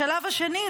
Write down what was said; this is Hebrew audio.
בשלב השני,